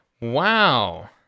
wow